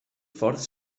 fort